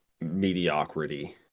mediocrity